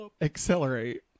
accelerate